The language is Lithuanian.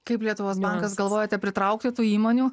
kaip lietuvos bankas galvojate pritraukti įmonių